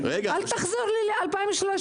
אל תחזור ל-2013.